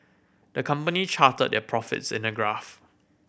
the company charted their profits in a graph